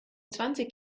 zwanzig